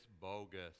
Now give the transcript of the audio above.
bogus